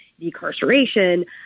decarceration